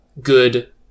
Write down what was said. good